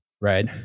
right